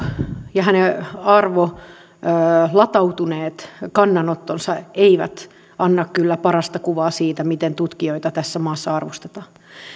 ja hänen arvolatautuneet kannanottonsa eivät anna kyllä parasta kuvaa siitä miten tutkijoita tässä maassa arvostetaan